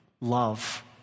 love